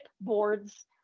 boards